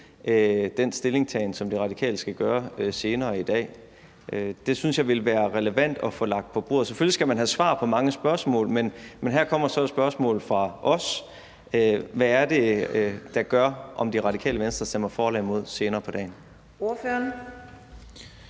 den stillingtagen, som Radikale Venstre skal give senere i dag? Det synes jeg ville være relevant at få lagt på bordet. Selvfølgelig skal man have svar på mange spørgsmål, men her kommer så et spørgsmål fra os: Hvad er det, der gør, om Radikale Venstre stemmer for eller imod senere på dagen? Kl.